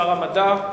שר המדע.